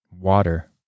water